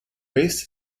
race